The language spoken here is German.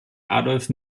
adolf